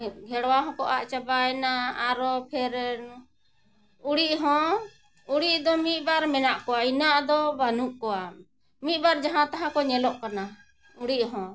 ᱜᱷᱮᱲᱣᱟ ᱦᱚᱸᱠᱚ ᱟᱫ ᱪᱟᱵᱟᱭᱮᱱᱟ ᱟᱨᱚ ᱯᱷᱮᱨ ᱩᱲᱤᱡ ᱦᱚᱸ ᱩᱲᱤᱡ ᱫᱚ ᱢᱤᱫ ᱵᱟᱨ ᱢᱮᱱᱟᱜ ᱠᱚᱣᱟ ᱤᱱᱟᱹᱜ ᱫᱚ ᱵᱟᱹᱱᱩᱜ ᱠᱚᱣᱟ ᱢᱤᱫ ᱵᱟᱨ ᱡᱟᱦᱟᱸ ᱛᱟᱦᱟᱸ ᱠᱚ ᱧᱮᱞᱚᱜ ᱠᱟᱱᱟ ᱩᱲᱤᱡ ᱦᱚᱸ